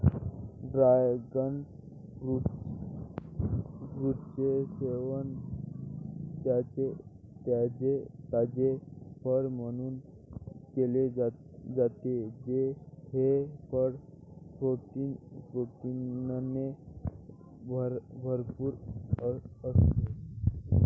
dragon फ्रूटचे सेवन ताजे फळ म्हणून केले जाते, हे फळ प्रोटीनने भरपूर असते